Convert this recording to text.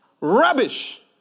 rubbish